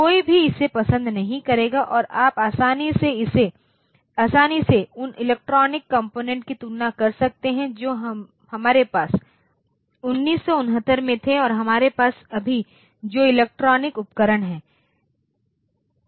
कोई भी इसे पसंद नहीं करेगा और आप आसानी से उन इलेक्ट्रॉनिक कॉम्पोनेन्ट की तुलना कर सकते हैं जो हमारे पास 1969 में थे और हमारे पास अभी जो इलेक्ट्रॉनिक उपकरण हैं